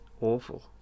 awful